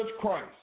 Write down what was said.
christ